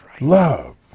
Love